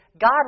God